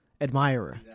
admirer